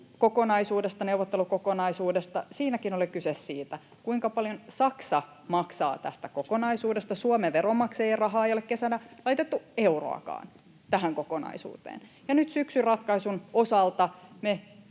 kanssa. Kesän neuvottelukokonaisuudessakin oli kyse siitä, kuinka paljon Saksa maksaa tästä kokonaisuudesta. Suomen veronmaksajien rahaa ei ole kesällä laitettu euroakaan tähän kokonaisuuteen, ja nyt syksyn ratkaisun osalta me